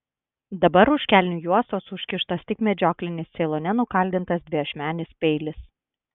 dabar už kelnių juostos užkištas tik medžioklinis ceilone nukaldintas dviašmenis peilis